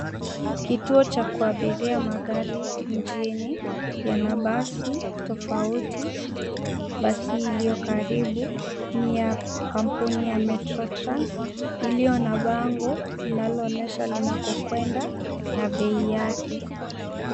Kituo cha kuabiria magari mjini yana basi tofauti. Basi iliyo karibu ni ya kampuni ya Metro Trans iliyo na bango linaloonyesha linakokwenda na bei yake.